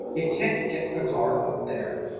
you can't git a car up there.